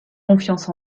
confiance